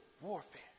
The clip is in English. warfare